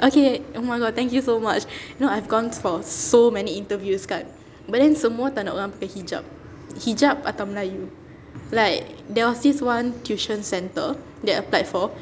okay oh my god thank you so much you know I've gone for so many interviews kan but then semua orang tak nak orang pakai hijab hijab atau melayu like there was this one tuition centre that I applied for